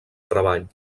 treball